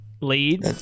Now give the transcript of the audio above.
lead